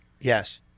Yes